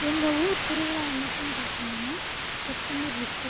எங்கள் ஊர் திருவிழா என்றைக்கின்னு பார்த்தீங்கன்னா செப்டம்பர் எட்டு